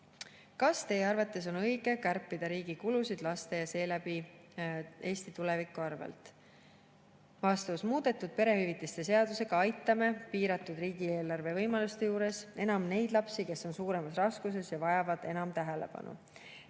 "Kas Teie arvates on õige kärpida riigi kulusid laste ja seeläbi Eesti tuleviku arvelt?" Vastus. Muudetud perehüvitiste seadusega aitame piiratud riigieelarve võimaluste juures enam neid lapsi, kes on suuremas raskuses ja vajavad enam tähelepanu.